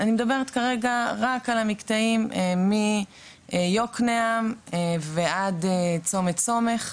אני מדברת כרגע רק על המקטעים מיקנעם ועד צומת סומך,